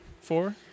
Four